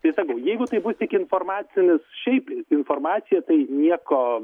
tai sakau jeigu tai bus tik informacinis šiaip informacija tai nieko